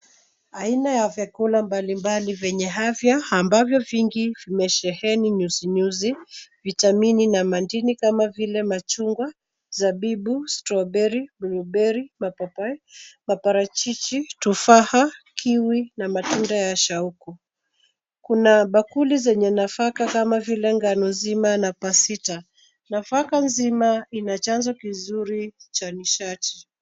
Aina ya vyakula mbalimbali vyenye afya, ambavyo vingi vimesheheni nyuzinyuzi, vitamini na madini kama vile machungwa, zabibu, strawberry, blueberry , mapapai, maparachichi, tufaha, kiwi na matunda ya shauku. Kuna bakuli zenye nafaka kama vile ngano nzima na pasta . Nafaka nzima ina chanzo kizuri cha nishati.